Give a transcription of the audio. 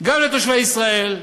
גם לתושבי ישראל,